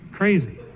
crazy